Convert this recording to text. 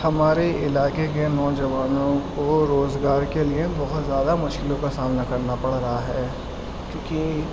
ہمارے علاقے کے نوجوانوں کو روزگار کے لیے بہت زیادہ مشکلوں کا سامنا کرنا پڑ رہا ہے کیونکہ